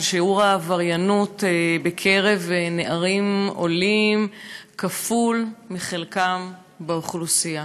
ששיעור העבריינות בקרב נערים עולים כפול מחלקם באוכלוסייה